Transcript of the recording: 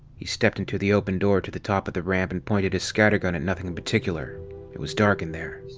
he stepped into the open door at the top of the ramp and pointed his scatter gun at nothing in particular it was dark in there.